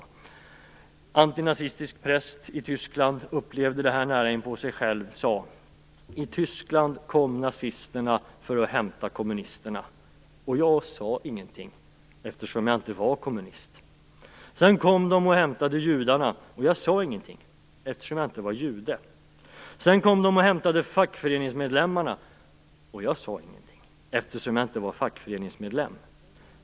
Han var antinazistisk präst i Tyskland och upplevde detta nära inpå sig. Han sade: I Tyskland kom nazisterna för att hämta kommunisterna, och jag sade ingenting eftersom jag inte var kommunist. Sedan kom de och hämtade judarna, och jag sade ingenting eftersom jag inte var jude. Sedan kom de och hämtade fackföreningsmedlemmarna, och jag sade ingenting eftersom jag inte var fackföreningsmedlem.